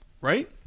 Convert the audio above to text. right